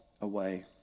away